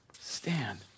stand